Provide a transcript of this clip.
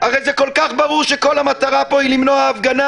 הרי זה כל כך ברור שכל המטרה פה היא למנוע הפגנות.